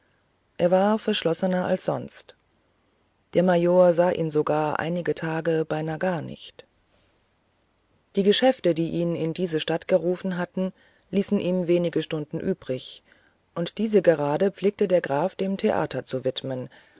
er war verschlossener als sonst der major sah ihn sogar einige tage beinahe gar nicht die geschäfte die ihn in diese stadt gerufen hatten ließen ihm wenige stunden übrig und diese pflegte gerade der graf dem theater zu widmen